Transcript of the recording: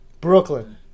Brooklyn